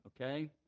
okay